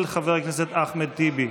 של חבר הכנסת אחמד טיבי.